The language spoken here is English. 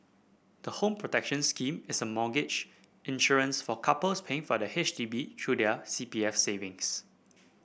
the Home Protection Scheme is a mortgage insurance for couples paying for the H D B through their C P F savings